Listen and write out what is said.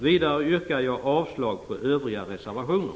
Vidare yrkar jag avslag på övriga reservationer.